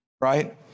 Right